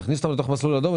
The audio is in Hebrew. אם תכניס אותם למסלול האדום,